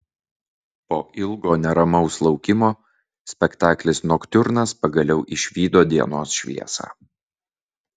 po ilgo neramaus laukimo spektaklis noktiurnas pagaliau išvydo dienos šviesą